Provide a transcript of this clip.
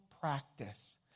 practice